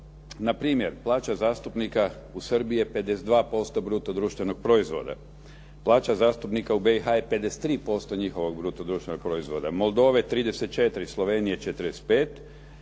Na primjer, plaća zastupnika u Srbiji je 52% bruto društvenog proizvoda, plaća zastupnika u BiH je 53% njihovog bruto društvenog proizvoda, Moldove 34%, Slovenije 45%,